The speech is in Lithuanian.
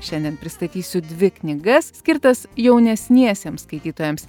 šiandien pristatysiu dvi knygas skirtas jaunesniesiems skaitytojams